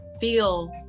feel